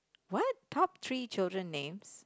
what top three children names